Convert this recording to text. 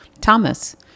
Thomas